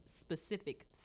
specific